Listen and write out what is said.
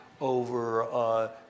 over